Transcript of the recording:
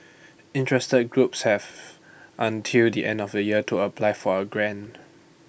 interested groups have until the end of the year to apply for A grant